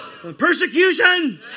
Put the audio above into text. Persecution